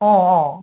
অ অ